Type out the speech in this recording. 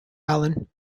allen